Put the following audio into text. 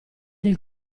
del